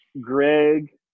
Greg